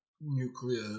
nuclear